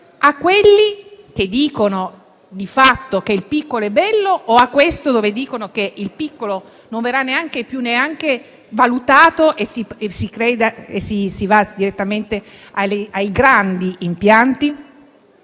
A quelli che stabiliscono, di fatto, che il piccolo è bello, oppure a questo che dice che il piccolo non verrà più neanche valutato e si va direttamente ai grandi impianti?